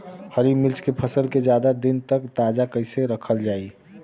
हरि मिर्च के फसल के ज्यादा दिन तक ताजा कइसे रखल जाई?